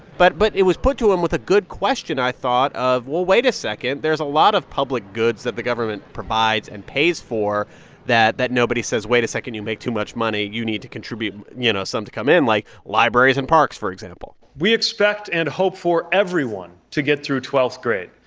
but but it was put to him with a good question, i thought, of wait a second. there is a lot of public goods that the government provides and pays for that that nobody says, wait a second, you make too much money, you need to contribute, you know, some to come in, like libraries and parks, for example we expect and hope for everyone to get through twelfth grade.